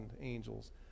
angels